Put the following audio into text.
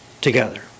together